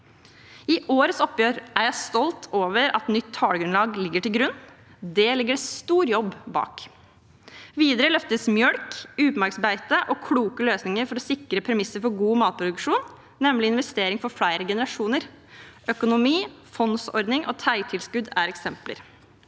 I årets oppgjør er jeg stolt over at et nytt tallgrunnlag ligger til grunn. Det ligger det en stor jobb bak. Videre løftes melk, utmarksbeite og kloke løsninger for å sikre premisser for god matproduksjon, nemlig investering for flere generasjoner. Økonomi, fondsordning og teigtilskudd er eksempler.